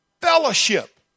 Fellowship